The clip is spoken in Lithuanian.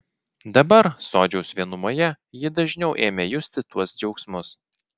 dabar sodžiaus vienumoje ji dažniau ėmė justi tuos džiaugsmus